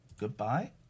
Goodbye